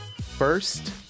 first